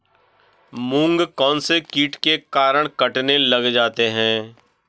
मूंग कौनसे कीट के कारण कटने लग जाते हैं?